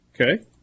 Okay